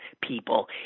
people